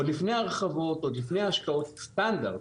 עוד לפני הרחבות והשקעות, סטנדרט.